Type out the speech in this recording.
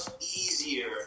easier